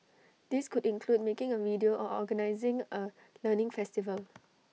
these could include making A video or organising A learning festival